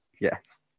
Yes